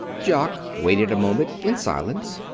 jock waited a moment, in silence.